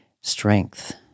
Strength